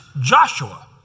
Joshua